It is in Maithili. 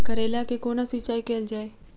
करैला केँ कोना सिचाई कैल जाइ?